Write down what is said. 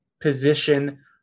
position